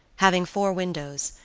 having four windows,